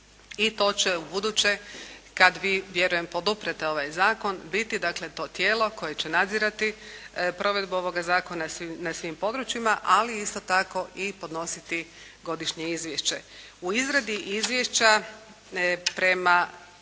i to će ubuduće kad vi vjerujem poduprete ovaj zakon biti dakle to tijelo koje će nadzirati provedbu ovoga zakona na svim područjima, ali isto tako i podnositi godišnje izvješće. U izradi izvješća prema